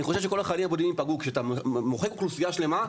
כשאתה מוחק אוכלוסייה שלמה,